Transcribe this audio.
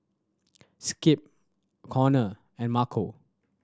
Skip Connor and Marco